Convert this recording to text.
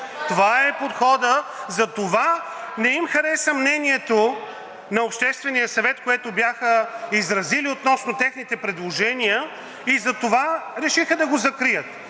Това е подходът. Затова не им хареса мнението на Обществения съвет, което бяха изразили относно техните предложения, затова решиха да го закрият.